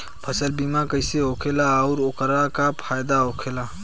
फसल बीमा कइसे होखेला आऊर ओकर का फाइदा होखेला?